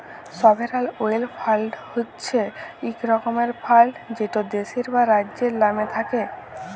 sovereign wealth fund হছে ইক রকমের ফাল্ড যেট দ্যাশের বা রাজ্যের লামে থ্যাকে